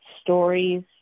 stories